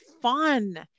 fun